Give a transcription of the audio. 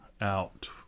out